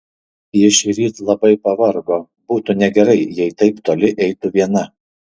ji šįryt labai pavargo būtų negerai jei taip toli eitų viena